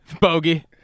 bogey